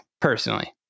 Personally